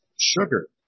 sugar